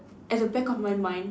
at the back of my mind